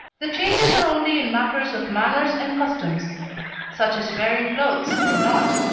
the changes are only in matters of manners and customs such as wearing clothes or not,